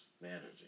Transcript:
managing